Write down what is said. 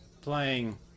playing